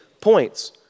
points